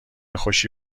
خوشی